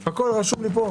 נכון.